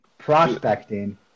Prospecting